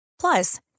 Plus